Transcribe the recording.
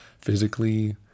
physically